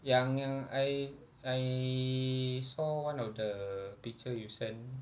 yang yang I I saw one of the picture you send